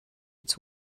its